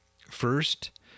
first